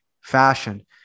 fashion